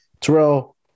Terrell